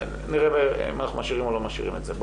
נראה אם אנחנו משאירים או לא משאירים את זה.